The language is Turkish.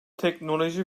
teknoloji